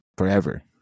forever